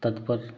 तत्पर